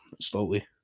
slowly